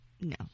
No